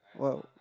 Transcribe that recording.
oil